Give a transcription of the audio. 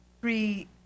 three